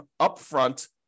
upfront